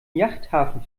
yachthafen